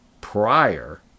prior